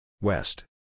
West